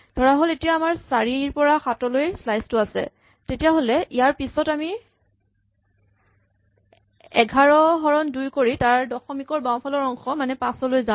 ধৰাহ'ল এতিয়া আমাৰ ৪ ৰ পৰা ৭ লৈ স্লাইচ টো আছে তেতিয়াহ'লে ইয়াৰ পিছত আমি ১১ হৰণ দুই কৰি তাৰ দশমিকৰ বাঁওফালৰ অংশ মানে আমি ৫ লৈ যাম